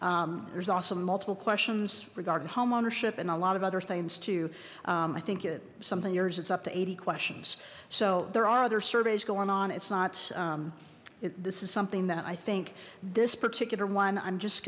acs there's also multiple questions regarding home ownership and a lot of other things too i think something yours it's up to eighty questions so there are other surveys going on it's not this is something that i think this particular one i'm just